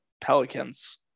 Pelicans